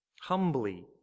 Humbly